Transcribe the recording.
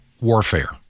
warfare